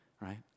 Right